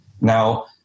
Now